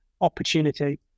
opportunity